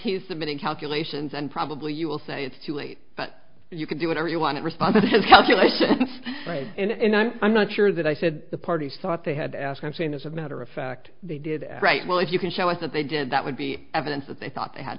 he's submitting calculations and probably you will say it's too late but you can do whatever you want to respond to his calculation and i'm not sure that i said the parties thought they had to ask i mean as a matter of fact they did write well if you can show us that they did that would be evidence that they thought they had